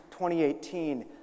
2018